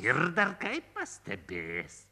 ir dar kaip pastebės